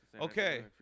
Okay